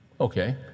Okay